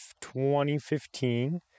2015